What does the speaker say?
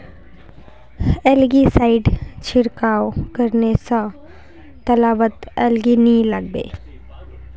algae side छिड़काव करने स तालाबत एलगी नी लागबे